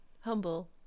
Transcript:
humble